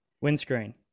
windscreen